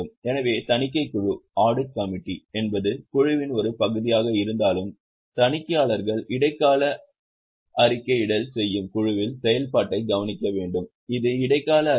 எனவே தணிக்கைக் குழு என்பது குழுவின் ஒரு பகுதியாக இருந்தாலும் தணிக்கையாளர்கள் இடைக்கால அறிக்கையிடல் செய்யும் குழுவின் செயல்பாட்டைக் கவனிக்க வேண்டும் இது இடைக்கால அறிக்கை